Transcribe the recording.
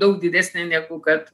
daug didesnė negu kad